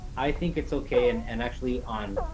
i think it's okay and and actually on